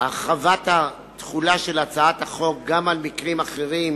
של הרחבת התחולה של הצעת החוק גם על מקרים אחרים,